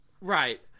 Right